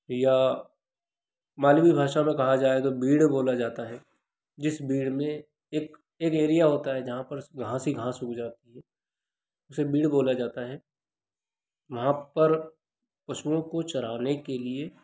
या मालवी भाषा में कहा जाए तो बीड़ बोला जाता है जिस बीड़ में एक एक एरिया होता है जहाँ पर घास ही घास उग जाती है उसे बीड़ बोला जाता है वहाँ पर पशुओं को चराने के लिए